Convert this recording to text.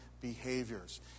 behaviors